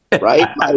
right